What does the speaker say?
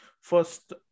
first